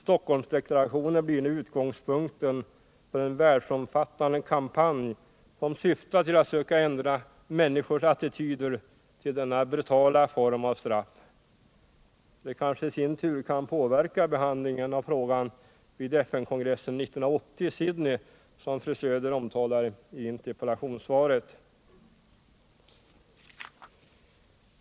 Stockholmsdeklarationen blir nu utgångspunkten för en världsomfattande kampanj som syftar till att söka ändra människors attityder till denna brutala form av straff. Det kanske i sin tur kan påverka behandlingen av frågan vid FN-kongressen 1980 i Sydney som fru Söder talar om i interpellationssvaret.